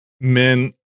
men